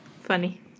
Funny